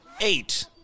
Eight